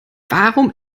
warum